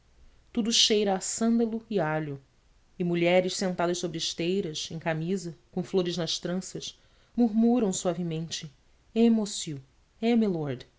tudo cheira a sândalo e alho e mulheres sentadas sobre esteiras em camisa com flores nas tranças murmuram suavemente